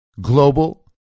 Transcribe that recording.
global